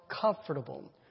comfortable